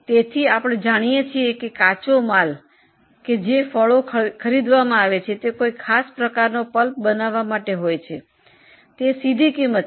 તેથી અમે જાણીએ છીએ કે કાચા માલ સામાન તરીકે ફળો ખાસ પ્રકારનો પલ્પ બનાવવા માટે ખરીદવામાં આવે છે તે પ્રત્યક્ષ ખર્ચ છે